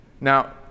Now